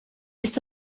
ist